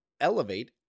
elevate